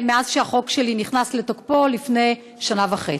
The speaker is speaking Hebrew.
מאז שהחוק שלי נכנס לתוקפו לפני שנה וחצי.